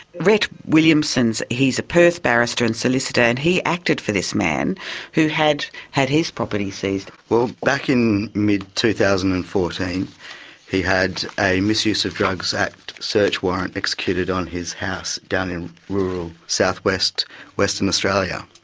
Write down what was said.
rhett williamson, he's a perth barrister and solicitor and he acted for this man who had had his property seized. back in mid two thousand and fourteen he had a misuse of drugs act search warrant executed on his house down in rural south-west western australian.